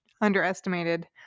underestimated